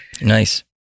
Nice